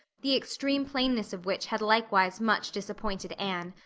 the extreme plainness of which had likewise much disappointed anne,